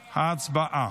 הצבעה.